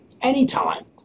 anytime